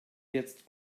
jetzt